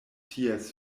ties